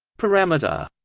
parameter.